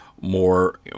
more